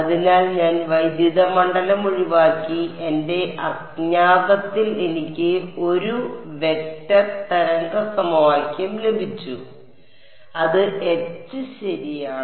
അതിനാൽ ഞാൻ വൈദ്യുത മണ്ഡലം ഒഴിവാക്കി എന്റെ അജ്ഞാതത്തിൽ എനിക്ക് 1 വെക്റ്റർ തരംഗ സമവാക്യം ലഭിച്ചു അത് H ശരിയാണ്